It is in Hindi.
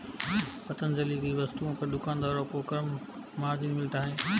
पतंजलि की वस्तुओं पर दुकानदारों को कम मार्जिन मिलता है